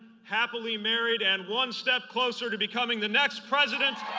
happily married and one step closer to becoming the next president